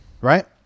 Right